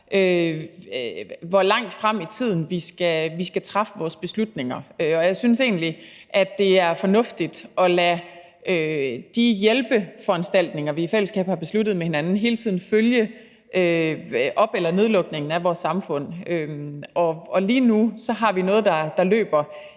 hvor langt frem i tiden vi skal træffe vores beslutninger. Jeg synes egentlig, at det er fornuftigt at lade de hjælpeforanstaltninger, vi i fællesskab har besluttet med hinanden, hele tiden følge op- eller nedlukningen af vores samfund. Lige nu har vi noget, der løber